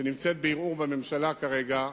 שנמצאת בערעור בממשלה כרגע,